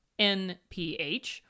NPH